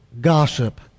gossip